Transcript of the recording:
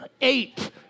Eight